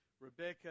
Rebecca